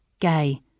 gay